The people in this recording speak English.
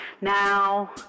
now